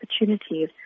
opportunities